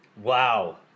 Wow